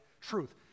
truth